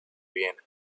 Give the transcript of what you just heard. viena